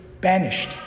banished